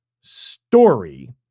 story